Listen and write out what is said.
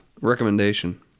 recommendation